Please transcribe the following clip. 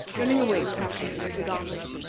turning away from the country of the gaumers.